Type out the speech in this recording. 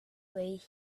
wait